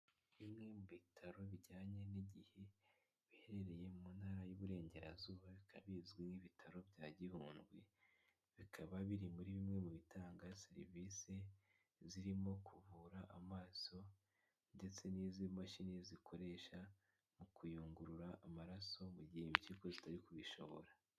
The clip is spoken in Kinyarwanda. Bimwe mu bitaro bijyanye n'igihe biherereye mu ntara y'iuburengerazuba bikaba bizwi nk'ibitaro bya gihundwe, bikaba biri muri bimwe mu bitanga serivisi zirimo, kuvura amaso ndetse n'izi mashini zikoresha mu kuyungurura amaraso mu gihe impyiko zitari kubishobora.